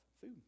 food